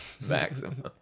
maximum